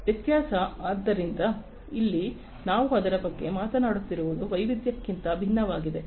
ವ್ಯತ್ಯಾಸ ಆದ್ದರಿಂದ ಇಲ್ಲಿ ನಾವು ಅದರ ಬಗ್ಗೆ ಮಾತನಾಡುತ್ತಿರುವುದು ವೈವಿಧ್ಯಕ್ಕಿಂತ ಭಿನ್ನವಾಗಿದೆ